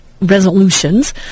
resolutions